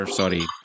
sorry